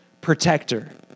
protector